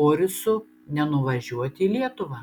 borisu nenuvažiuoti į lietuvą